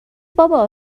بابا